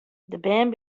bern